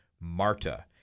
Marta